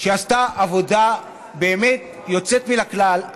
שעשתה עבודה באמת יוצאת מן הכלל,